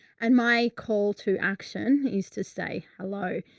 and my call to action is to say hello.